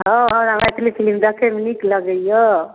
हँ हमरा मैथिली फिलिम देखैमे नीक लगैया